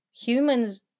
humans